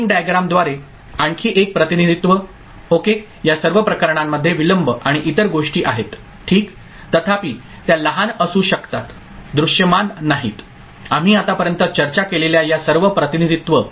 timing diagram द्वारे आणखी एक प्रतिनिधित्वओके या सर्व प्रकरणांमध्ये विलंब आणि इतर गोष्टी आहेत ठीक तथापि त्या लहान असू शकतात दृश्यमान नाहीत आम्ही आतापर्यंत चर्चा केलेल्या या सर्व प्रतिनिधित्व